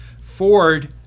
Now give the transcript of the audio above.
Ford